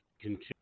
continue